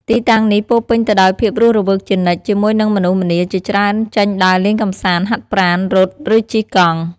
ទីតាំងនេះពោរពេញទៅដោយភាពរស់រវើកជានិច្ច ជាមួយនឹងមនុស្សម្នាជាច្រើនចេញដើរលេងកម្សាន្ត ហាត់ប្រាណ រត់ ឬជិះកង់។